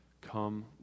Come